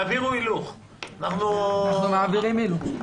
אנחנו מעבירים הילוך.